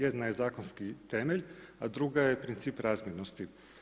Jedna je zakonski temelj, a druga je princip razmjernosti.